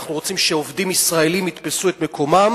אנחנו רוצים שעובדים ישראלים יתפסו את מקומם,